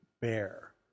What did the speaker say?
bear